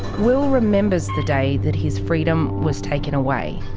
will remembers the day that his freedom was taken away.